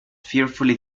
fearfully